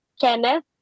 Kenneth